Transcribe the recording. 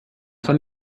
von